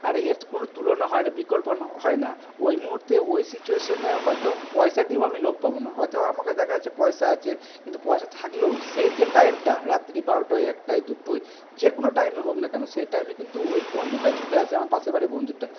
আর এর কোনো তুলনা হয় না বিকল্প হয় না ওই মুহুর্তে ওই সিচুয়েশনে হয়তো পয়সা দিয়েও আমি লোক পাবো না হয়তো আমার কাছে দেখা যাচ্ছে পয়সা আছে কিন্তু পয়সা থাকলেও সেই যে টাইমটা রাত্রিরে বারোটায় একটায় দুটোয় যে কোনো টাইমই হোক না কেন সেই টাইমে কিন্তু ওই বন্ধুটাই ছুটে আসবে আমার পাশের বাড়ির বন্ধুটা